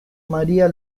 maría